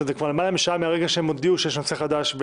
וזה כבר למעלה משעה מהרגע שהם הודיעו שיש נושא חדש,